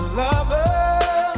lover